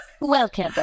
Welcome